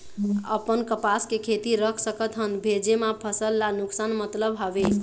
अपन कपास के खेती रख सकत हन भेजे मा फसल ला नुकसान मतलब हावे?